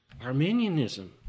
Arminianism